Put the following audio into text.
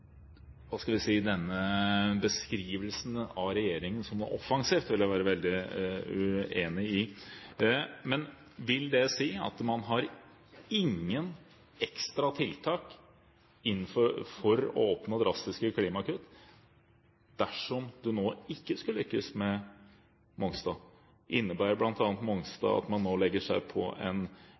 hva skal vi si – beskrivelsen av regjeringen som offensiv vil jeg være veldig uenig i. Vil det si at man har ingen ekstra tiltak for å oppnå drastiske klimakutt dersom det nå ikke skulle lykkes med Mongstad? Innebærer bl.a. Mongstad at man nå legger seg på